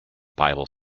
bible